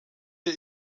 der